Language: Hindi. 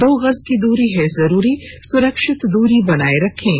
दो गज की दूरी है जरूरी सुरक्षित दूरी बनाए रखें